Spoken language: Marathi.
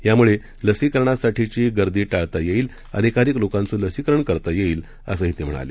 यामुळे लसीकरणासाठीची गर्दी टाळता येईल अधिकाधिक लोकांच लसीकरण करता येईल असंही ते म्हणाले